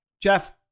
Jeff